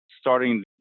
starting